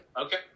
Okay